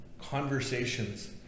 conversations